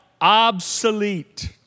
obsolete